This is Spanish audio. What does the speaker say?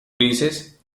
grises